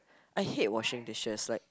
I hate washing dishes like